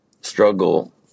struggle